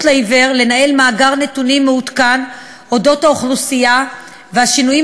לעיוור לנהל מאגר נתונים מעודכן על האוכלוסייה והשינויים